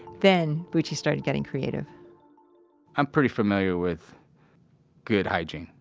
then, bucci started getting creative i'm pretty familiar with good hygiene.